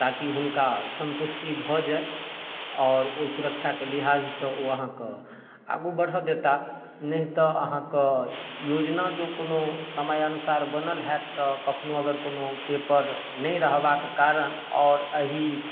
ताकि हुनका सन्तुष्टि भऽ जाइ आओर ओ सुरक्षाके लिहाजसँ ओ अहाँके आगू बढ़ऽ देता नहि तऽ अहाँके योजना जे कोनो समय अनुसार बनल हैत तऽ कखनहु अगर कोनो पेपर नहि रहबाके कारण आओर एहि